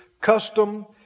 custom